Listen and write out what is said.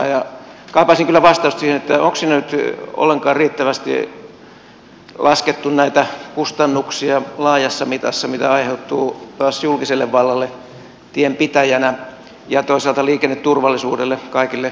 kaipaisin kyllä vastausta siihen onko siinä nyt ollenkaan riittävästi laskettu näitä kustannuksia laajassa mitassa mitä aiheutuu taas julkiselle vallalle tienpitäjänä ja toisaalta liikenneturvallisuudelle kaikille meille